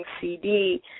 CD